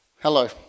Hello